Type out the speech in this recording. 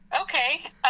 okay